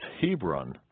Hebron